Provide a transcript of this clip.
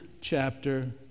chapter